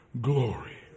glory